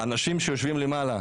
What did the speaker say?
אנשים שיושבים למעלה,